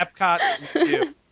Epcot